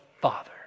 father